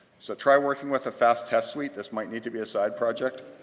so try working with a fast test suite. this might need to be a side-project.